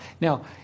Now